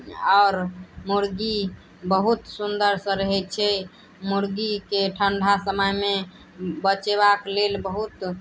आओर मुर्गी बहुत सुन्दर सऽ रहै छै मुर्गीके ठण्डा समयमे बचेबाक लेल बहुत